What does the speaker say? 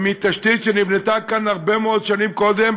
הם מתשתית שנבנתה כאן הרבה מאוד שנים קודם,